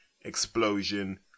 explosion